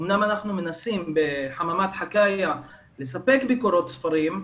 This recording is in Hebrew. אמנם אנחנו מנסים בחממת חקאיא לספק ביקורות ספרים,